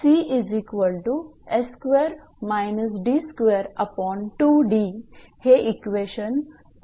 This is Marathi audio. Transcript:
हे इक्वेशन 44 असेल